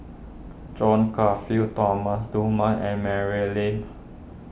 John Crawfurd Thomas Dunman and Mary Lim